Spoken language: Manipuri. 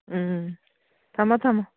ꯊꯝꯃꯣ ꯊꯝꯃꯣ